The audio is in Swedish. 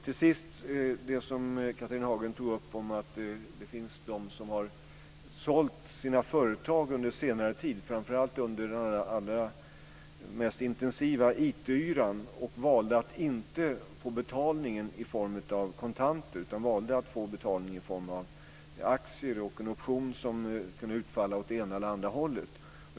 Till sist tog Catharina Hagen upp att det finns de som har sålt sina företag under senare tid, framför allt under den allra mest intensiva IT-yran, och då valt att inte få betalningen i form av kontanter utan i form av aktier och en option som kunde utfalla åt ena eller andra hållet.